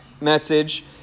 message